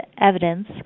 evidence